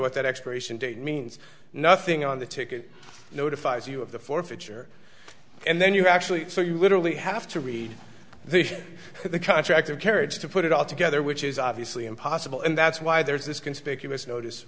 what that expiration date means nothing on the ticket notifies you of the forfeiture and then you actually so you literally have to read the contract of carriage to put it all together which is obviously impossible and that's why there's this conspicuous notice